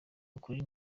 ukuri